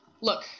Look